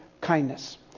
kindness